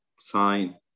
sign